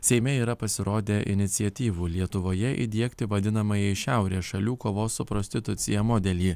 seime yra pasirodę iniciatyvų lietuvoje įdiegti vadinamąjį šiaurės šalių kovos su prostitucija modelį